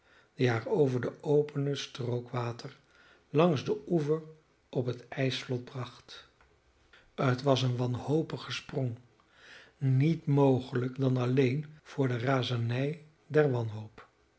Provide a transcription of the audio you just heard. die haar over de opene strook water langs den oever op het ijsvlot bracht het was een wanhopige sprong niet mogelijk dan alleen voor de razernij der wanhoop